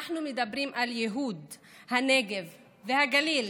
אנחנו מדברים על ייהוד הנגב והגליל,